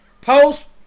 Post